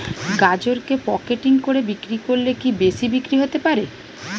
গাজরকে প্যাকেটিং করে বিক্রি করলে কি বেশি বিক্রি হতে পারে?